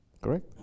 correct